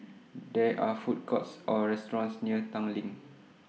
There Are Food Courts Or restaurants near Tanglin